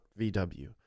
VW